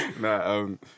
No